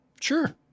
Sure